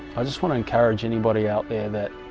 i just want to encourage anybody out there that